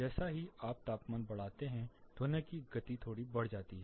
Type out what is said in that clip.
जैसे ही आप तापमान बढ़ाते हैं ध्वनि की गति थोड़ी बढ़ जाती है